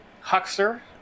huckster